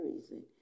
reason